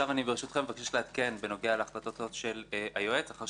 אני מבקש לעדכן בנוגע להחלטות היועץ אחרי